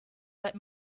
let